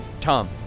Tom